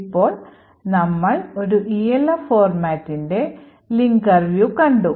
ഇപ്പോൾ നമ്മൾ ഒരു ELF ഫോർമാറ്റിന്റെ Linker View കണ്ടു